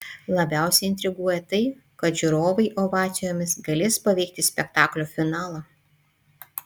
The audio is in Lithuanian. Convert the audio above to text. labiausiai intriguoja tai kad žiūrovai ovacijomis galės paveikti spektaklio finalą